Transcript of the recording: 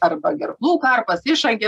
arba gerklų karpas išangė